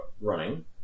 running